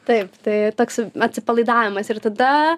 taip tai toks atsipalaidavimas ir tada